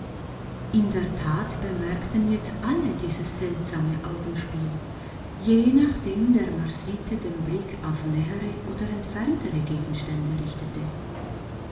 in der tat bemerkten jetzt alle dieses seltsame augenspiel je nachdem der marsite den blick auf nähere oder entferntere gegenstände richtete